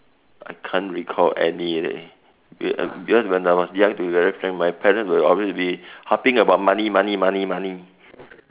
I can't recall any leh because when I was young to be very frank my parents will always be harping about money money money money